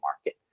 market